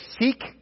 seek